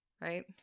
Right